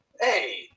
hey